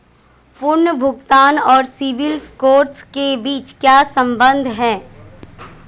पुनर्भुगतान और CIBIL score के बीच क्या संबंध है?